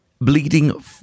Bleeding